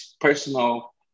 personal